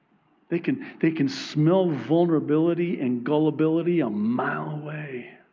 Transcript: they can. they can smell vulnerability and gullibility a mile away,